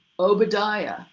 Obadiah